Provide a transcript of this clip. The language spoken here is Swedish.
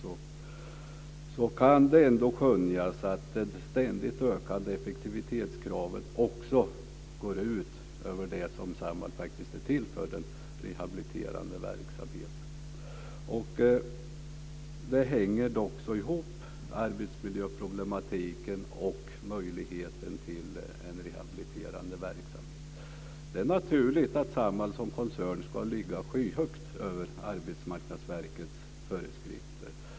I min värld kan jag ändå skönja att det ständigt ökande effektivitetskravet går ut över det som Samhall är till för, den rehabiliterande verksamheten. Arbetsmiljöproblematiken och möjligheten till en rehabiliterande verksamhet hänger ihop. Det är naturligt att Samhall som koncern ska ligga skyhögt över Arbetsmarknadsverkets föreskrifter.